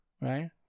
right